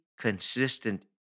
consistent